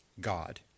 God